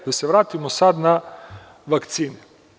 Da se vratimo sada na vakcinu.